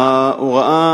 ההוראה